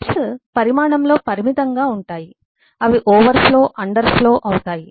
bits పరిమాణంలో పరిమితంగా ఉంటాయి అవి ఓవర్ ఫ్లో అండర్ ఫ్లో అవుతాయి